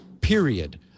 period